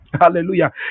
hallelujah